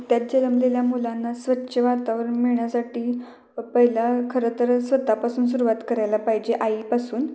नुकत्याच जन्मलेल्या मुलांना स्वच्छ वातावरण मिळण्यासाठी पहिला खरंतर स्वतःपासून सुरुवात करायला पाहिजे आईपासून